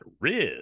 Riz